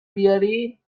بیارین